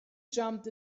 jumped